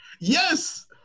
Yes